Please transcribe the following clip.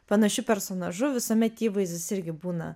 panašiu personažu visuomet įvaizdis irgi būna